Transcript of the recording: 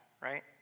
right